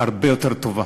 חברה הרבה יותר טובה.